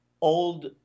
old